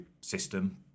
system